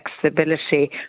flexibility